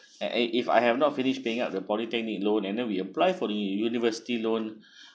and and if I have not finished paying up the polytechnic load and then we apply for the university loan